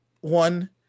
one